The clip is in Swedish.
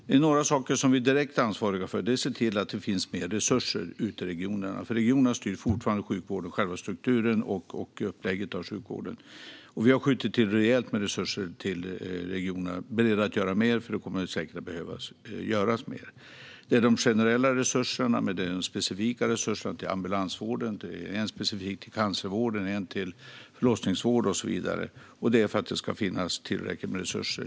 Det är några saker som vi direkt är ansvariga för, och det är att se till att det finns mer resurser ute i regionerna, för regionerna styr fortfarande själva strukturen och upplägget av sjukvården. Vi har skjutit till rejält med resurser till regionerna men är beredda att göra mer, för det kommer säkert att behövas. Det handlar om de generella resurserna, men det handlar också om de specifika resurserna till ambulansvården, cancervården, förlossningsvården och så vidare.